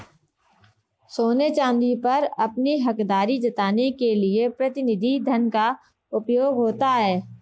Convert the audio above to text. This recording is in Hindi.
सोने चांदी पर अपनी हकदारी जताने के लिए प्रतिनिधि धन का उपयोग होता है